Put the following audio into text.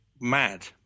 mad